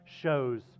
shows